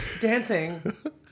dancing